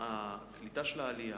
הקליטה של העלייה,